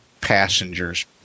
passengers